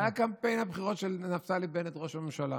היה בקמפיין הבחירות של נפתלי בנט, ראש הממשלה.